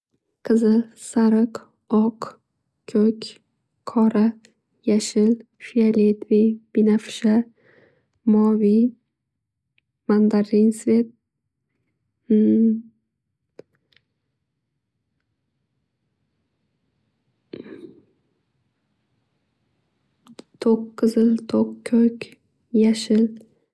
Qizil, sariq, oq, ko'k, qora, yashil, fialetiviy, moviy, binafsha, mandarin svet um, to'q qizil, to'q ko'k, yashil.